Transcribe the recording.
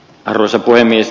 arvoisa puhemies